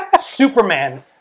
Superman